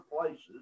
places